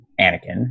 Anakin